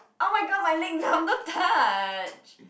oh-my-god my leg numb don't touch